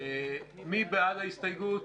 מי בעד ההסתייגות?